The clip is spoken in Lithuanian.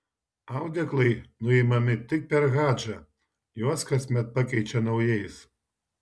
audeklai nuimami tik per hadžą juos kasmet pakeičia naujais